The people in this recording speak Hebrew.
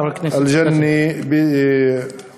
אמיר נעים